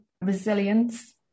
resilience